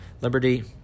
Liberty